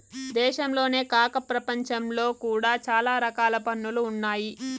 దేశంలోనే కాక ప్రపంచంలో కూడా చాలా రకాల పన్నులు ఉన్నాయి